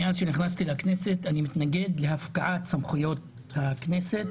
מאז שנכנסתי לכנסת אני מתנגד להפקעת סמכויות הכנסת,